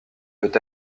peut